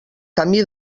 camí